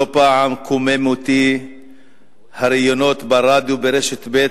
לא פעם קוממו אותי הראיונות ברדיו, ברשת ב',